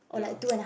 ya